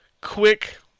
quick